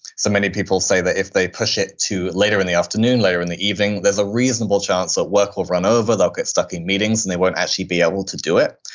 so many people say that if they push it to later in the afternoon, later in the evening, there's a reasonable chance that work will run over, they'll get stuck in meetings, and they won't actually be able to do it.